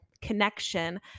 connection